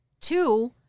two